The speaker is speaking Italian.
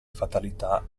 fatalità